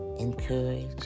encourage